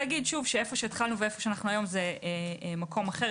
איפה שהתחלנו ואיפה שאנחנו היום זה מקום אחר.